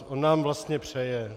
On nám vlastně přeje.